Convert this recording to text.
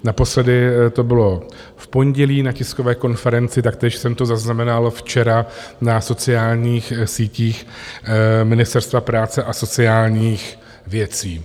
Naposledy to bylo v pondělí na tiskové konferenci, taktéž jsem to zaznamenal včera na sociálních sítích Ministerstva práce a sociálních věcí.